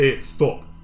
stop